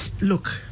Look